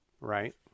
right